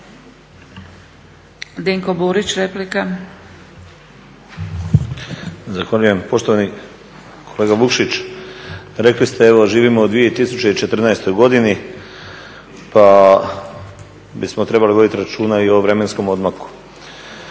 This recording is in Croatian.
Dinko (HDSSB)** Zahvaljujem. Poštovani kolega Vukšić, reli ste evo živimo u 2014.godini pa bismo trebali voditi računa i o vremenskom odmaku.